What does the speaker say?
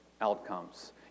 outcomes